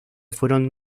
fueron